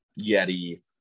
Yeti